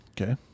Okay